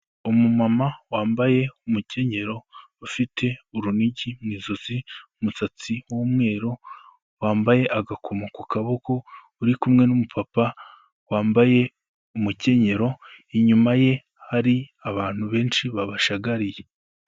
Umumama wambaye umukenyero ufite urunigi mu izozi, umusatsi w'umweru, wambaye agakomo ku kaboko uri kumwe n'umupapa wambaye umukenyero, inyuma ye hari abantu benshi babashagariye.